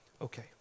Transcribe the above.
Okay